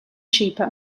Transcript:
cheaper